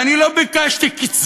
כי אני לא ביקשתי קצבה.